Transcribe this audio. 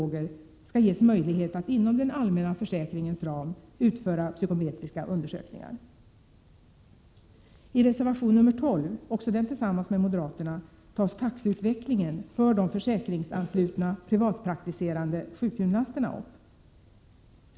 1987/88:115 möjlighet att inom den allmänna försäkringens ram utföra psykometriska 5 maj 1988 undersökningar. I reservation nr 12 — också den tillsammans med moderaterna — tas taxeutvecklingen för de försäkringsanslutna privatpraktiserande sjukgymnasterna upp.